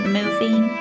moving